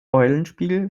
eulenspiegel